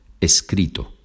escrito